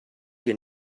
your